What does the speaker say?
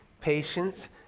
patience